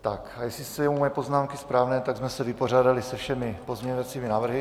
A jestli jsou moje poznámky správné, tak jsme se vypořádali se všemi pozměňovacími návrhy.